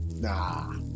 Nah